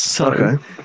Okay